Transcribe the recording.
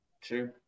True